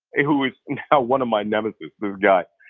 who is now one of my nemeses, this guy.